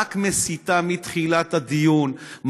רק מסיתה מתחילת הדיון,